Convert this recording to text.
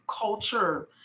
culture